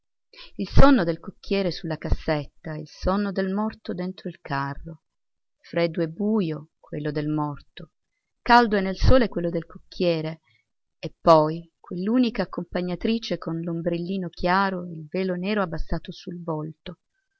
il sonno del cocchiere su la cassetta e il sonno del morto dentro il carro freddo e nel bujo quello del morto caldo e nel sole quello del cocchiere e poi quell'unica accompagnatrice con l'ombrellino chiaro e il velo nero abbassato sul volto